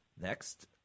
Next